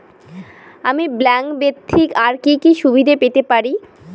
আমি ব্যাংক ব্যথিত আর কি কি সুবিধে পেতে পারি?